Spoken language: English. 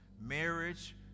marriage